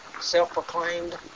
self-proclaimed